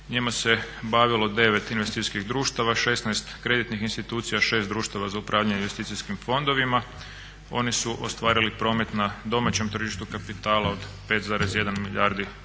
njima se bavilo 9 investicijskih društava, 16 kreditnih institucija, 6 društava za upravljanje investicijskim fondovima. Oni su ostvarili promet na domaćem tržištu kapitala od 5,1 milijardi